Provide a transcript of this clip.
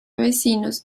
vecinos